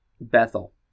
Bethel